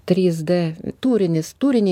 trys d tūrinis turinė